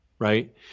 Right